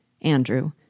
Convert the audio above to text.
Andrew